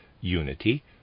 unity